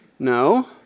No